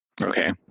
Okay